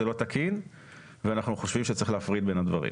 זה לא תקין ואנחנו חושבים שצריך להפריד בין הדברים.